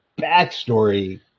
backstory